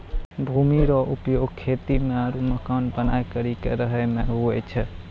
भूमि रो उपयोग खेती मे आरु मकान बनाय करि के रहै मे हुवै छै